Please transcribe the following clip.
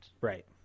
Right